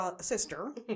sister